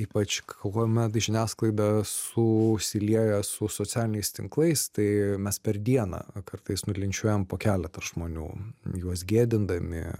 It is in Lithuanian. ypač kuomet žiniasklaida susilieja su socialiniais tinklais tai mes per dieną kartais nulinčiuojam po keletą žmonių juos gėdindami